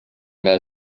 were